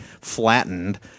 flattened